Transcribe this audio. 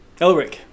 Elric